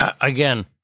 Again